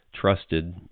trusted